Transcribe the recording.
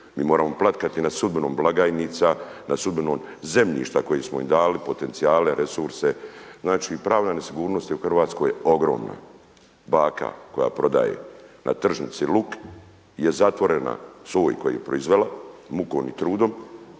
Mi moramo plakati nad sudbinom blagajnica, nad sudbinom zemljišta koje smo im dali, potencijale, resurse. Znači pravna nesigurnost je u Hrvatskoj ogromna. Baka koja prodaje na tržnici luk je zatvorena svoj koji je proizvela mukom i trudom,